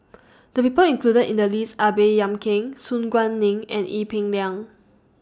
The People included in The list Are Baey Yam Keng Su Guaning and Ee Peng Liang